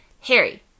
Harry